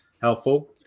helpful